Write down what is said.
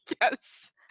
Yes